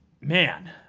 Man